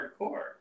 hardcore